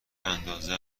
اندازه